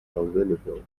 available